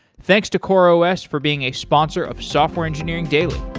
thanks to coreos for being a sponsor of software engineering daily.